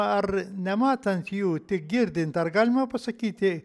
ar nematant jų tik girdint ar galima pasakyti